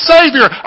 Savior